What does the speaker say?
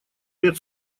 лет